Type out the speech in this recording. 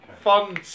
fun